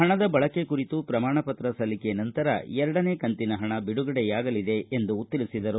ಹಣದ ಬಳಕೆ ಕುರಿತು ಶ್ರಮಾಣಪತ್ರ ಸಲ್ಲಿಕೆ ನಂತರ ಎರಡನೇ ಕಂತಿನ ಹಣ ಬಿಡುಗಡೆಯಾಗಲಿದೆ ಎಂದು ಹೇಳಿದರು